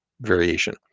variation